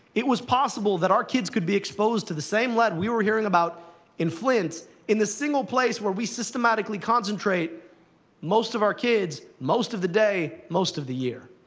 it was possible that our kids could be exposed to the same lead we were hearing about in flint, in the single place where we systematically concentrate most of our kids, most of the day, most of the year.